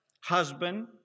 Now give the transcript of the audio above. husband